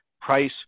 price